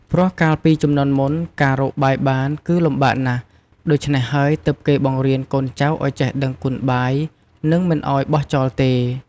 ព្រោះកាលពីជំនាន់មុន ការរកបាយបានគឺលំបាកណាស់ ដូច្នេះហើយទើបគេបង្រៀនកូនចៅឲ្យចេះដឹងគុណបាយ និងមិនឲ្យបោះចោលទេ។